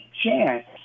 chance